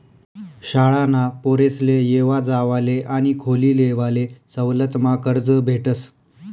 शाळाना पोरेसले येवा जावाले आणि खोली लेवाले सवलतमा कर्ज भेटस